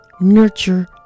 nurture